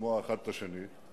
לשמוע האחד את השני,